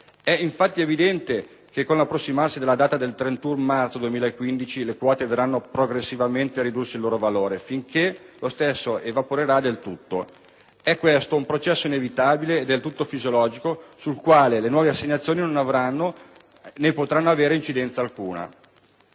È infatti evidente che, con l'approssimarsi della data del 31 marzo 2015, le quote vedranno, progressivamente, ridursi il loro valore, finché lo stesso evaporerà del tutto. È questo un processo inevitabile e del tutto fisiologico, sul quale le nuove assegnazioni non avranno, né potranno avere incidenza alcuna.